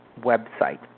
website